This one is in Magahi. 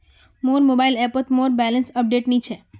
मोर मोबाइल ऐपोत मोर बैलेंस अपडेट नि छे